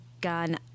Gun